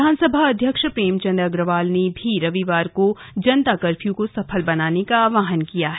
विधानसभा अध्यक्ष प्रेमचंद अग्रवाल ने भी रविवार को जनता कर्फ्यू को सफल बनाने का आहवान किया है